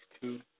two